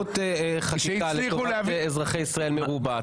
החקיקה לטובת אזרחי ישראל היא מרובה,